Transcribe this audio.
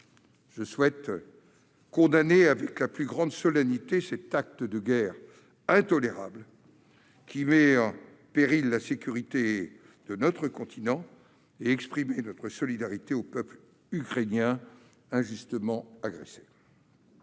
je souhaite condamner avec la plus grande solennité cet acte de guerre intolérable, qui met en péril la sécurité de notre continent, et exprimer notre solidarité au peuple ukrainien injustement agressé.